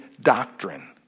doctrine